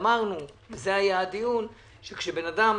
אמרנו שכאשר בן אדם